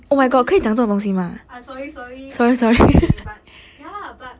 死 liao ah sorry sorry paiseh paiseh but ya but